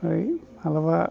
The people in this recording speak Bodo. ओमफ्राय माब्लाबा